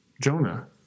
Jonah